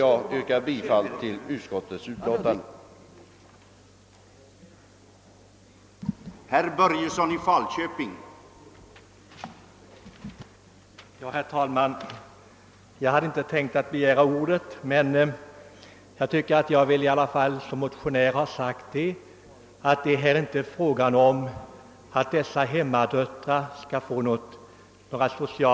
Jag ber att få yrka bifall till utskottets hemställan.